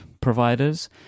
providers